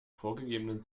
vorgegebenen